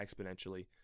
exponentially